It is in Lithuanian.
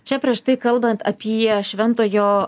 čia prieš tai kalbant apie šventojo